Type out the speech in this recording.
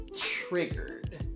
triggered